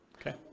Okay